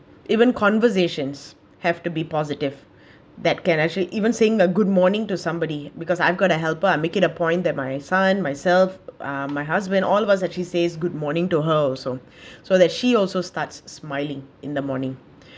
even conversations have to be positive that can actually even saying the good morning to somebody because I've got a helper make it a point that my son myself uh my husband all of us actually says good morning to her also that she also starts smiling in the morning